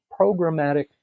programmatic